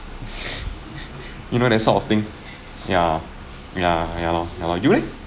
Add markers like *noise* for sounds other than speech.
*laughs* you know that sort of thing ya ya ya ya you leh